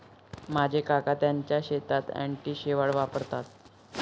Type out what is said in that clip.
माझे काका त्यांच्या शेतात अँटी शेवाळ वापरतात